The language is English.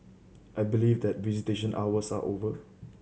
I believe that visitation hours are over